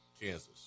Kansas